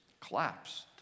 collapsed